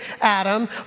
Adam